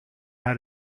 how